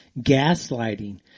gaslighting